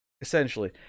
Essentially